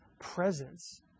presence